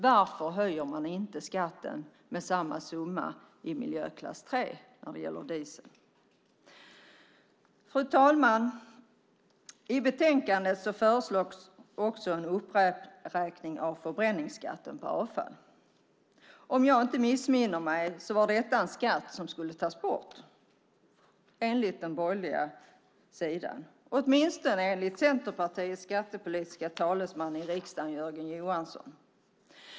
Varför höjer man inte skatten med samma summa på miljöklass 3 när det gäller diesel? Fru talman! I betänkandet föreslås också en uppräkning av förbränningsskatten på avfall. Om jag inte missminner mig var detta en skatt som skulle tas bort enligt den borgerliga sidan, åtminstone enligt Centerpartiets skattepolitiska talesman i riksdagen Jörgen Johansson.